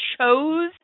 chose